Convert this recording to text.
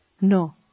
No